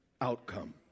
outcome